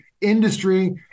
industry